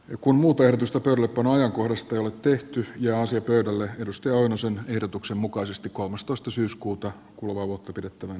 ja kun muut verotusta pylly punainen koristelut tehty ja asiat pöydälle edustaja oinosen ehdotuksen mukaisesti kolmastoista syyskuuta kuluvaa vuotta pidettävään